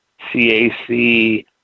CAC